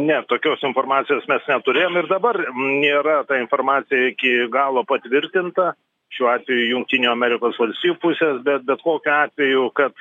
ne tokios informacijos mes neturėjom ir dabar nėra ta informacija iki galo patvirtinta šiuo atveju jungtinių amerikos valstijų pusės bet bet kokiu atveju kad